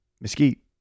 mesquite